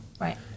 Right